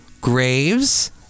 Graves